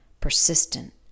persistent